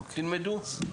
תלמדו.